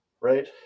right